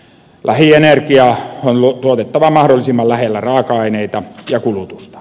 lähienergia on tuotettava mahdollisimman lähellä raaka aineita ja kulutusta